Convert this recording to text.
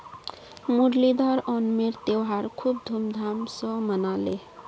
मुरलीधर ओणमेर त्योहार खूब धूमधाम स मनाले